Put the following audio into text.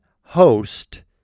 host